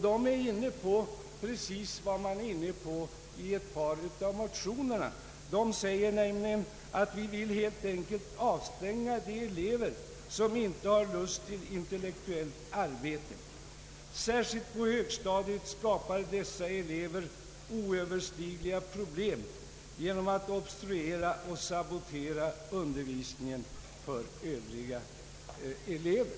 De är inne på precis vad man är inne på i ett par av motionerna. De säger nämligen: Vi vill helt enkelt avstänga de elever som inte har lust till intellektuellt arbete. Särskilt på högstadiet skapar dessa elever oöverstigliga problem genom att obstruera och sabotera undervisningen för övriga elever.